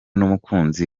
n’umukunzi